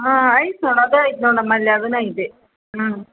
ಹಾಂ ಐತೆ ನೋಡೋದು ಅದೇ ಐತಿ ನೋಡಿ ನಮ್ಮಲ್ಲಿ ಅದಾನ ಐತಿ ಹಾಂ